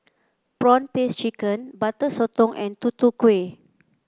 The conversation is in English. prawn paste chicken Butter Sotong and Tutu Kueh